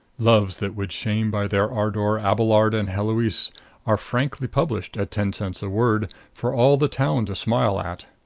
loves that would shame by their ardor abelard and heloise are frankly published at ten cents a word for all the town to smile at.